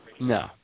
No